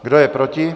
Kdo je proti?